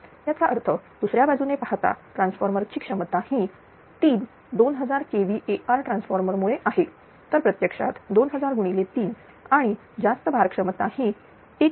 याचा अर्थ दुसऱ्या बाजूने पाहता ट्रान्सफॉर्मर ची क्षमता ही 3 2000kVA ट्रान्सफॉर्मर मुळे आहे तर प्रत्यक्षात 20003 आणि जास्त भार क्षमता ही 1